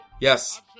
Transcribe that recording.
Yes